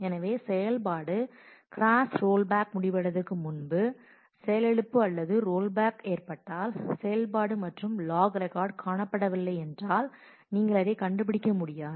எனவே செயல்பாடு cross roll back முடிவடைவதற்கு முன்பு செயலிழப்பு அல்லது ரோல் பேக் ஏற்பட்டால் செயல்பாடு மற்றும் லாக் ரெக்கார்டு காணப்படவில்லை என்றால் நீங்கள் அதைக் கண்டுபிடிக்க முடியாது